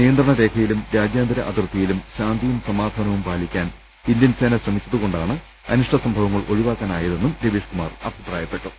നിയന്ത്രണ രേഖയിലും രാജ്യാ ന്തര അതിർത്തിയിലും ശാന്തിയും സമാധാനവും പാലിക്കാൻ ഇന്ത്യൻസേന ശ്രമിച്ചതുകൊണ്ടാണ് കൂടുതൽ അനിഷ്ട സംഭവങ്ങൾ ഒഴിവാക്കാനായതെന്നും രവീഷ്കുമാർ അഭിപ്രായപ്പെട്ടു